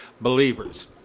believers